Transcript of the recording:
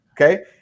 okay